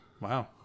Wow